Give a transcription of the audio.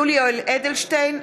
(קוראת בשמות חברי הכנסת) יולי יואל אדלשטיין,